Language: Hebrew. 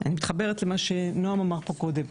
אני מתחברת למה שנועם אמר פה קודם,